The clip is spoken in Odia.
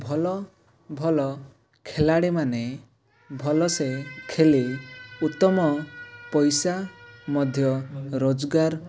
ଭଲ ଭଲ ଖିଲାଡ଼ି ମାନେ ଭଲ ସେ ଖେଳି ଉତ୍ତମ ପଇସା ମଧ୍ୟ ରୋଜଗାର